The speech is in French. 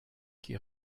qui